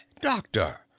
doctor